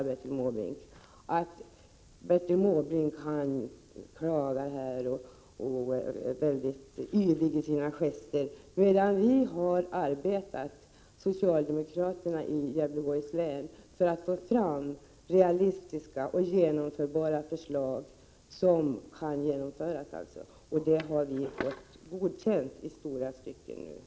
Bertil Måbrink klagar här med yviga gester medan vi socialdemokrater i Gävleborgs län har arbetat för att få fram realistiska och genomförbara förslag, och dessa förslag har till stora delar nu godkänts.